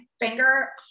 finger